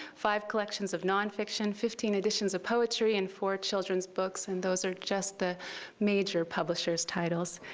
five collections of nonfiction, fifteen editions of poetry, and four children's books. and those are just the major publishers' titles.